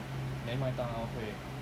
then 麦当劳可以